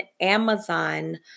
Amazon